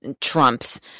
Trump's